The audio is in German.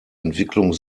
entwicklung